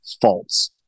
false